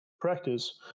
practice